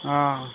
অ